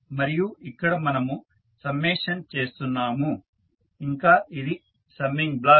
మరియు ఇక్కడ మనము సమ్మేషన్ చేస్తున్నాము ఇంకా ఇది సమ్మింగ్ బ్లాక్